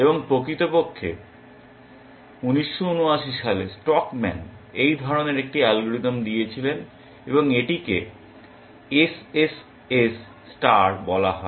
এবং প্রকৃতপক্ষে 1979 সালে স্টকম্যান এই ধরনের একটি অ্যালগরিদম দিয়েছিলেন এবং এটিকে SSS ষ্টার বলা হয়